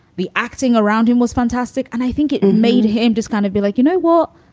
the acting around him was fantastic. and i think it made him just kind of be like, you know, well,